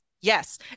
Yes